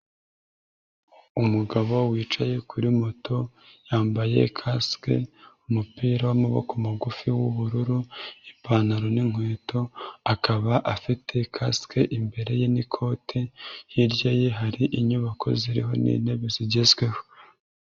Umugabo wicaye kuri moto yambaye kasike, umupira w'amaboko magufi w'ubururu, ipantaro n'inkweto, akaba afite kasike imbere ye n'ikote, hirya ye hari inyubako ziriho n'intebe zigezweho.